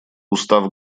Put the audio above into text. устав